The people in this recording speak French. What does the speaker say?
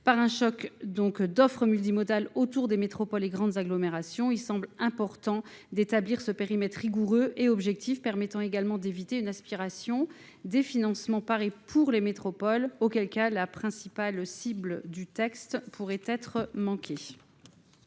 par un choc d'offres multimodales autour des métropoles et grandes agglomérations, il semble important d'établir ce périmètre rigoureux et objectif permettant également d'éviter une aspiration des financements parés pour les métropoles, auquel cas la principale cible du texte pourrait être manquée.